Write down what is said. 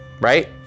right